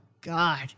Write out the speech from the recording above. God